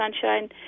sunshine